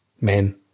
men